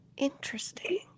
Interesting